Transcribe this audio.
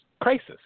crisis